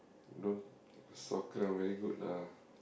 don't soccer very good lah